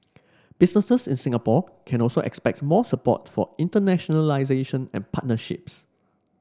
businesses in Singapore can also expect more support for internationalisation and partnerships